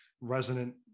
resonant